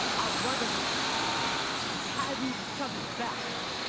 our brotherhood was having each other's backs,